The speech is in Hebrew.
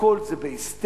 הכול זה בהיסטריה,